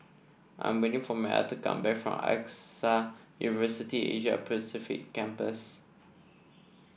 I'm waiting for Metta to come back from AXA University Asia Pacific Campus